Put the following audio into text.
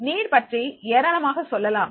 தேவை பற்றி ஏராளமாக சொல்லலாம்